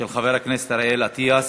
של חבר הכנסת אריאל אטיאס,